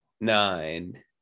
nine